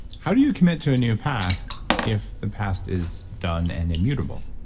how do you commit to a new past if the past is done and immutable?